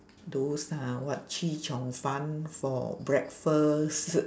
those uh what chee cheong fun for breakfast